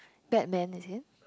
Batman is it